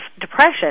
depression